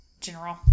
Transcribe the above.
General